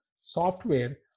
software